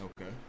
Okay